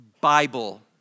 Bible